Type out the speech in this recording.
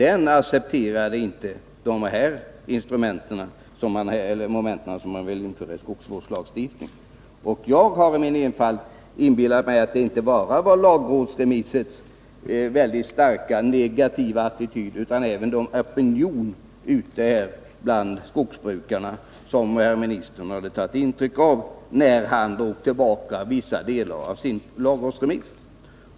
Där accepterade maninte de moment som han nu vill införa i skogsvårdslagstiftningen. Jag har i min enfald inbillat mig att det inte bara var den mycket starkt negativa attityden i lagrådsremissen utan även opinionen bland skogsbrukarna som jordbruksministern hade tagit intryck av när han tog tillbaka vissa delar av sin lagrådsremiss.